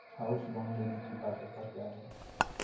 House loan लेने की पात्रता क्या है?